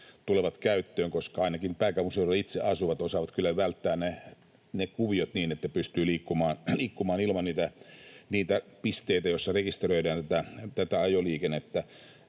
tulevat käyttöön, koska ainakin itse pääkaupunkiseudulla asuvat osaavat kyllä välttää ne kuviot niin, että pystyvät liikkumaan ilman niitä pisteitä, joissa rekisteröidään tätä ajoliikennettä.